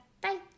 bye